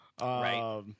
Right